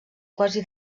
quasi